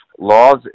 Laws